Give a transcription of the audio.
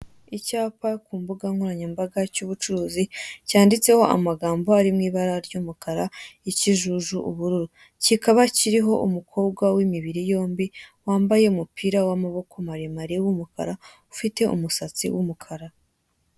Icyapa ku mbuga nkoranyambaga cy'ubucuruzi, cyanditseho amagambo arimo ibara ry'umukara, ikijuju, ubururu. Kikaba kiriho umukobwa w'imibiri yombi wambaye umupira w'amaboko maremare w'umukara, ufite umusatsi w'umukara.